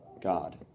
God